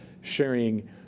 sharing